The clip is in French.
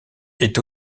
est